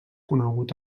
conegut